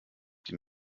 die